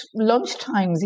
lunchtimes